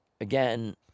again